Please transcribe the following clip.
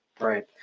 Right